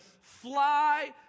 fly